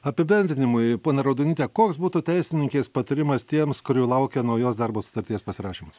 apibendrinimui pone raudonyte koks būtų teisininkės patarimas tiems kurių laukia naujos darbo sutarties pasirašymas